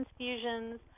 transfusions